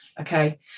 okay